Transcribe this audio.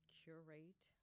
curate